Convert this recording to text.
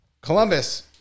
columbus